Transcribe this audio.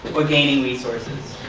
or gaining resources.